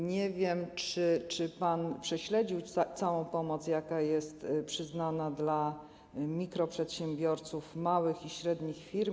Nie wiem, czy pan prześledził całą pomoc, jaka jest przyznana dla mikroprzedsiębiorców, małych i średnich firm.